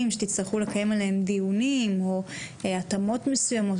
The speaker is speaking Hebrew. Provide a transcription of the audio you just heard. שתצטרכו לקיים עליהם דיונים או התאמות מסוימות,